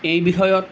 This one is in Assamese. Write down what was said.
এই বিষয়ত